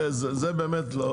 זה באמת לא.